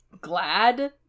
glad